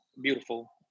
beautiful